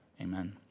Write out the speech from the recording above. Amen